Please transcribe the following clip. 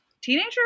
teenager